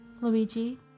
Luigi